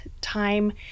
time